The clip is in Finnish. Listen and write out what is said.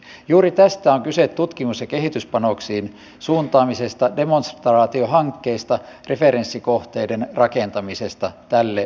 juuri tästä on kyse tutkimus ja kehityspanoksiin suuntaamisesta demonstraatiohankkeista referenssikohteiden rakentamisesta tälle saralle